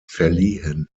verliehen